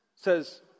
says